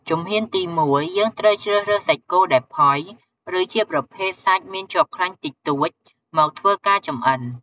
ជំហានទីមួយ យើងត្រូវជ្រើសរើសសាច់គោដែលផុយ ឬជាប្រភេទសាច់មានជាប់ខ្លាញ់តិចតួចមកធ្វើការចំអិន។